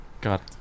God